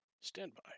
Standby